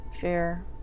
fear